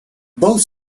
both